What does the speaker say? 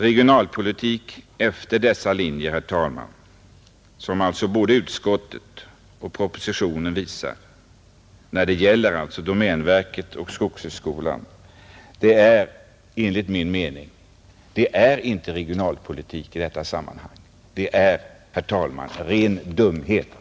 Regionalpolitik efter de linjer som propositionen och utskottet drar upp när det gäller domänverket och skogshögskolan är enligt min mening ingen regionalpolitik — det är ren dumhet.